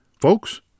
Folks